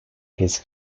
his